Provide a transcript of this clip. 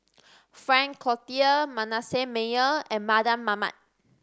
Frank Cloutier Manasseh Meyer and Mardan Mamat